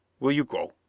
will you go?